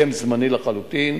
שם זמני לחלוטין,